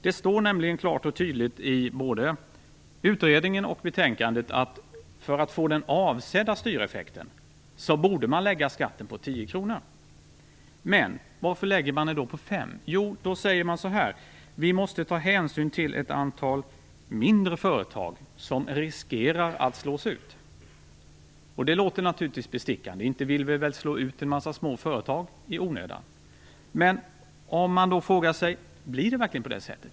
Det står nämligen klart och tydligt i både utredningen och betänkandet att man för att få den avsedda styreffekten borde lägga skatten på 10 kr. Varför lägger man den på 5 kr? Jo, då säger man så här: Vi måste ta hänsyn till ett antal mindre företag som riskerar att slås ut. Det låter naturligtvis bestickande - inte vill vi slå ut småföretag i onödan. Men man kan fråga sig: Blir det verkligen så?